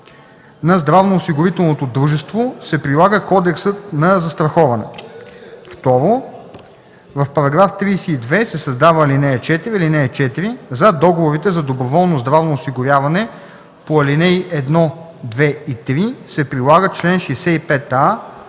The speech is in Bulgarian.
на здравноосигурителното дружество се прилага Кодексът на застраховането.” 2. В § 32 се създава ал. 4: „(4) За договорите за доброволно здравно осигуряване по алинеи 1, 2 и 3 се прилагат членове 65а,